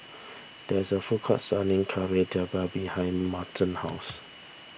there is a food court selling Kari Debal behind Merton's house